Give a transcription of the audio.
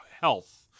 health